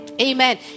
Amen